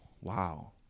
Wow